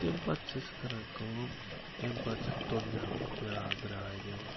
تَمہِ پَتہٕ چھِ أسۍ کَران کٲم تَمہِ پَتہٕ چھِ اَتھ تُرنہِ آب أسۍ بیٛاکھ گرٛاے دِوان